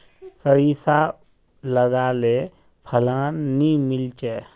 सारिसा लगाले फलान नि मीलचे?